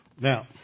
Now